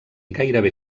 gairebé